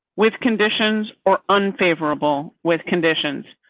with conditions or unfavorable with conditions.